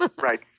Right